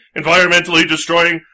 environmentally-destroying